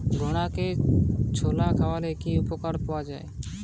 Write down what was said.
ঘোড়াকে ছোলা খাওয়ালে কি উপকার পাওয়া যায়?